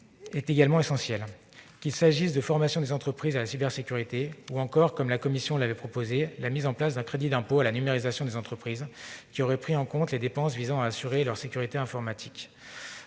être proposées, qu'il s'agisse de la formation des entreprises à la cybersécurité, ou encore, comme la commission l'avait proposé, de la mise en place d'un crédit d'impôt à la numérisation des entreprises prenant en compte les dépenses visant à assurer leur sécurité informatique.